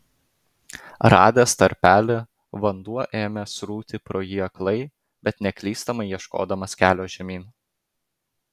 radęs tarpelį vanduo ėmė srūti pro jį aklai bet neklystamai ieškodamas kelio žemyn